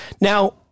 Now-